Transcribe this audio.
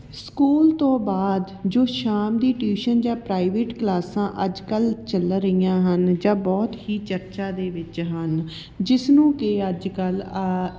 school ਤੋਂ ਬਾਅਦ ਜੋ ਸ਼ਾਮ ਦੀ ਟਿਊਸ਼ਨ ਜਾਂ ਪ੍ਰਾਈਵੇਟ ਕਲਾਸਾਂ ਅੱਜ ਕੱਲ੍ਹ ਚੱਲ ਰਹੀਆਂ ਹਨ ਜਾਂ ਬਹੁਤ ਹੀ ਚਰਚਾ ਦੇ ਵਿੱਚ ਹਨ ਜਿਸ ਨੂੰ ਕਿ ਅੱਜ ਕੱਲ੍ਹ ਆ